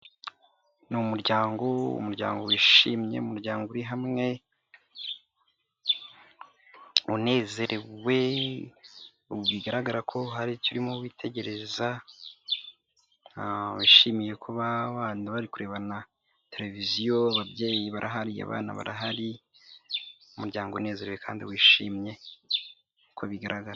Ni umuryango. Umuryango wishimye, umuryango uri hamwe, unezerewe. Bigaragara ko hari icyo urimo witegereza. Wishimiye kuba abana barikurebana televiziyo. Ababyeyi barahari, abana barahari. Umuryango unezerewe kandi wishimye uko bigaragara.